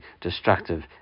Destructive